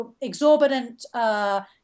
exorbitant